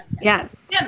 Yes